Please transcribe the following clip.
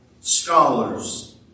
scholars